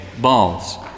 Balls